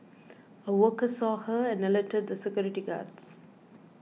a worker saw her and alerted the security guards